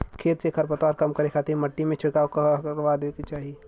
खेत से खरपतवार कम करे खातिर मट्टी में छिड़काव करवा देवे के चाही